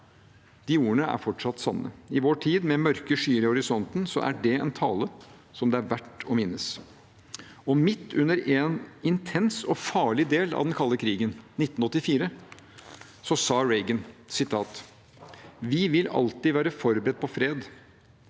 De ordene er fortsatt sanne. I vår tid, med mørke skyer i horisonten, er det en tale som det er verdt å minnes. Midt under en intens og farlig del av den kalde krigen, i 1984, sa Reagan: Vi vil alltid være forberedt på fred,